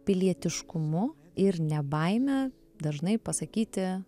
pilietiškumu ir ne baime dažnai pasakyti